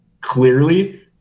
clearly